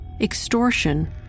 extortion